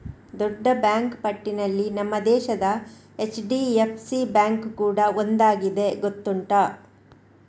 ದೊಡ್ಡ ಬ್ಯಾಂಕು ಪಟ್ಟಿನಲ್ಲಿ ನಮ್ಮ ದೇಶದ ಎಚ್.ಡಿ.ಎಫ್.ಸಿ ಬ್ಯಾಂಕು ಕೂಡಾ ಒಂದಾಗಿದೆ ಗೊತ್ತುಂಟಾ